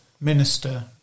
minister